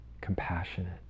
compassionate